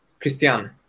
Christian